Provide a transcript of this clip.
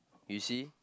you see